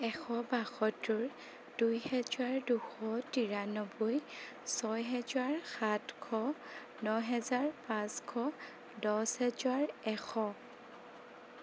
এশ বাসত্তৰ দুইহেজাৰ দুশ তিৰান্নব্বৈ ছয় হেজাৰ সাতশ ন হেজাৰ পাঁচশ দহ হেজাৰ এশ